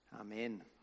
amen